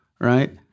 right